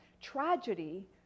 tragedy